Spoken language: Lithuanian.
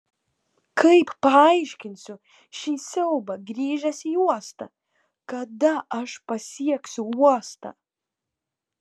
kaip paaiškinsiu šį siaubą grįžęs į uostą kada aš pasieksiu uostą